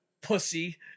pussy